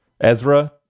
Ezra